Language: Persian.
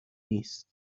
نیست